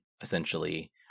essentially